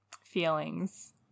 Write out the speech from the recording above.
feelings